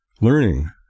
learning